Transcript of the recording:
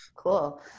Cool